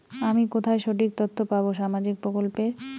আমি কোথায় সঠিক তথ্য পাবো সামাজিক প্রকল্পের?